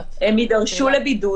הם יידרשו לבידוד.